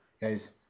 guys